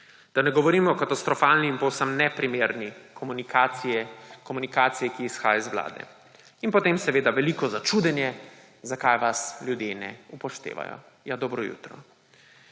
Da ne govorim o katastrofalni in povsem neprimerni komunikaciji, ki izhaja iz vlade. In potem seveda veliko začudenje, zakaj vas ljudje ne upoštevajo. Ja, dobro jutro!